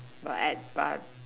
but I but I